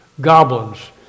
goblins